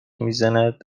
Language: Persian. میزند